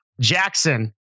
Jackson